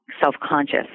self-conscious